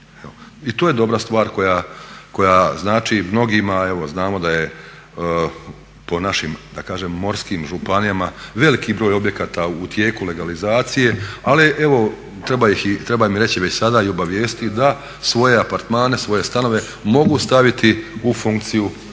I to je dobra stvar koja znači mnogima. Evo znamo da je po našim morskim županijama, veliki broj objekata u tijeku legalizacije, ali treba im reći već sada i obavijestiti da svoje apartmane, svoje stanove mogu staviti u funkciju